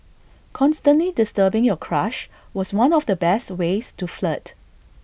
constantly disturbing your crush was one of the best ways to flirt